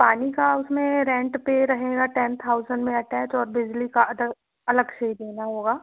पानी का उस में रेंट पर रहेगा टेन थाउजंड में एटैच और बिजली का अदर अलग से देना होगा